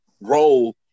role